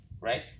right